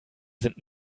sind